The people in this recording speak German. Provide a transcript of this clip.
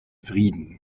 frieden